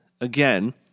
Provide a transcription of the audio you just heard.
again